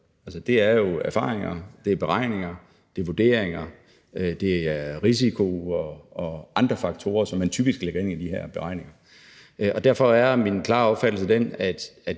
Det er jo erfaringer, det er beregninger, det er vurderinger, det er risiko og andre faktorer, som man typisk lægger ind i de her beregninger. Derfor er min klare opfattelse den, at